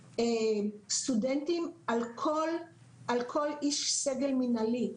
סטודנטים על כל איש סגל מינהלי,